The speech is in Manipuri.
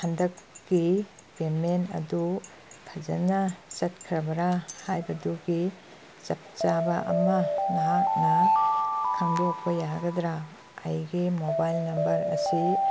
ꯍꯟꯗꯛꯀꯤ ꯄꯦꯃꯦꯟ ꯑꯗꯨ ꯐꯖꯅ ꯆꯠꯈ꯭ꯔꯕꯔꯥ ꯍꯥꯏꯕꯗꯨꯒꯤ ꯆꯞ ꯆꯥꯕ ꯑꯃ ꯅꯍꯥꯛꯅ ꯈꯪꯗꯣꯛꯄ ꯌꯥꯒꯗ꯭ꯔꯥ ꯑꯩꯒꯤ ꯃꯣꯕꯥꯏꯜ ꯅꯝꯕꯔ ꯑꯁꯤ